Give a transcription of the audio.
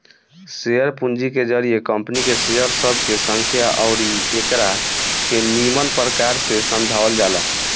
share पूंजी के जरिए कंपनी के शेयर सब के संख्या अउरी एकरा के निमन प्रकार से समझावल जाला